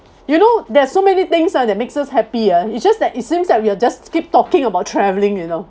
you know there's so many things ah that makes us happy ah it's just that it seems like we are just keep talking about travelling you know